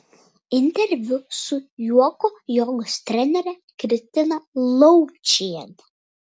interviu su juoko jogos trenere kristina laučiene